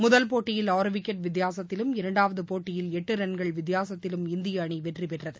முதல் போட்டியில் ஆறு விக்கெட் வித்தியாசத்திலும் இரண்டாவது போட்டியில் எட்டு ரன்கள் வித்தியாசத்திலும் இந்திய அணி வெற்றி பெற்றது